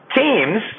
teams